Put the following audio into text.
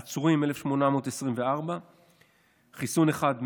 עצורים: 1,824. חיסון אחד,